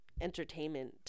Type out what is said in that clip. entertainment